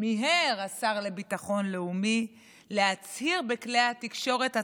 מיהר השר לביטחון לאומי להצהיר בכלי התקשורת הצהרה: